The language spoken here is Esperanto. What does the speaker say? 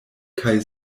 kaj